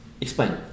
Explain